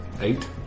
Eight